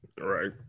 right